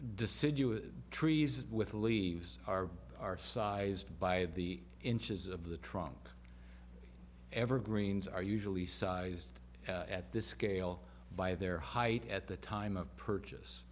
deciduous trees with leaves are are sized by the inches of the trunk evergreens are usually sized at this scale by their height at the time of purchase